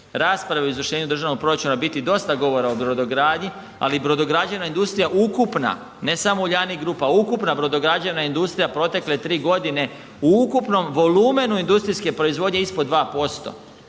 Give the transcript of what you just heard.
rasprave o izvršenju Državnog proračuna biti dosta govora o brodogradnji, ali brodograđevna industrija ukupna ne samo Uljanik grupa, ukupna brodograđevna industrija protekle 3 godine u ukupnom volumenu industrijske proizvodnje ispod 2%.